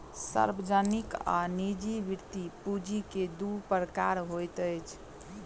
सार्वजनिक आ निजी वृति पूंजी के दू प्रकार होइत अछि